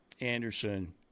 Anderson